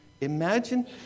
Imagine